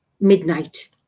midnight